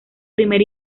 primer